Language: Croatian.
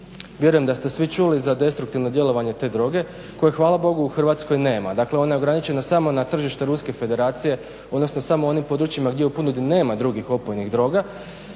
Vjerujem da ste svi čuli za destruktivno djelovanje te droge koje hvala Bogu u Hrvatskoj nema. Dakle, ona je ograničena samo na tržište Ruske Federacije, odnosno samo u onim područjima gdje u ponudi nema drugih opojnih droga.